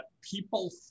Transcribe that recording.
people